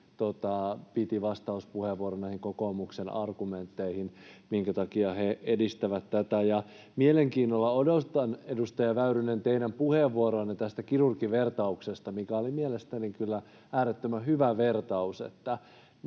piti vastauspuheenvuoron näihin kokoomuksen argumentteihin siitä, minkä takia he edistävät tätä. Mielenkiinnolla odotan, edustaja Väyrynen, teidän puheenvuoroanne tästä kirurgivertauksesta, mikä oli mielestäni kyllä äärettömän hyvä vertaus.